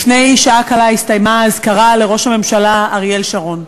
לפני שעה קלה הסתיימה האזכרה של ראש הממשלה אריאל שרון,